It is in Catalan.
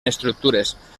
estructures